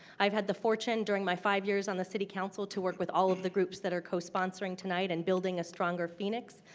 i've had the fortune during my five years on the city council to work with all the groups that are cosponsoring tonight and building a stronger phoenix.